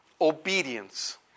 Obedience